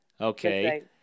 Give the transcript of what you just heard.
Okay